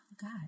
God